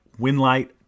Winlight